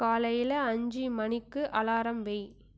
காலையில் அஞ்சு மணிக்கு அலாரம் வை